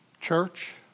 Church